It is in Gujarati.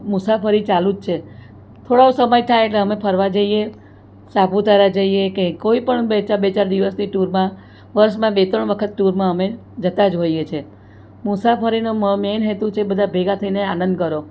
મુસાફરી ચાલુ જ છે થોડો સમય થાય એટલે અમે ફરવા જઈએ સાપુતારા જઈએ કે કોઈ પણ બે ચાર બે ચાર દિવસની ટૂરમાં વર્ષમાં બે ત્રણ વખત ટૂરમાં અમે જતાં જ હોઈએ છીએ મુસાફરીનો મ મેન હેતુ છે બધા ભેગા થઈને આનંદ કરો